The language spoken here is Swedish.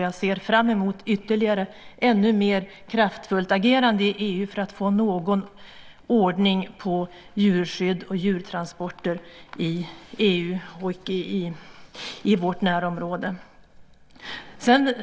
Jag ser fram emot ännu mer kraftfullt agerande i EU för att få någon ordning på djurskydd och djurtransporter i EU och i vårt närområde.